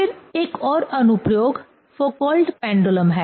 फिर एक और अनुप्रयोग फौकॉल्ट पेंडुलम है